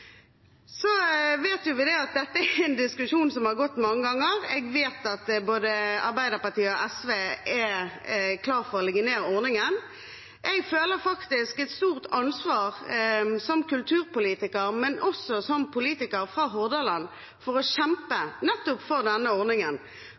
Så privat engasjement i kulturen er viktig. At kulturlivet får penger fra andre kilder enn det offentlige, er sunt. Vi vet at dette er en diskusjon som har gått mange ganger. Jeg vet at både Arbeiderpartiet og SV er klar for å legge ned ordningen. Jeg føler et stort ansvar som kulturpolitiker, men også som politiker